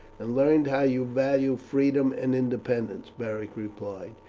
and learned how you value freedom and independence, beric replied,